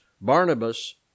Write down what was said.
Barnabas